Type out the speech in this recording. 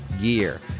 gear